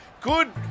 Good